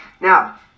Now